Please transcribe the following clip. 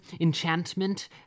enchantment